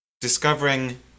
discovering